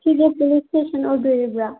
ꯁꯤꯁꯦ police station ꯑꯣꯏꯕꯤꯔꯕ꯭ꯔꯥ